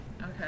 Okay